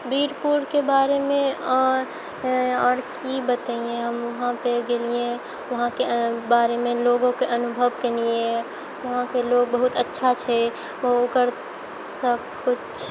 वीरपुरके बारेमे आओर कि बताइए हम वहाँपर गेलिए वहाँके बारेमे लोकके अनुभव केलिए वहाँके लोक बहुत अच्छा छै ओकर सबकिछु